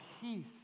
peace